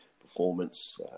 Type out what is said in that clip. performance